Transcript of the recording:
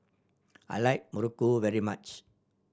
I like muruku very much